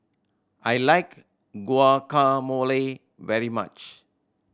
I like Guacamole very much